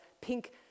pink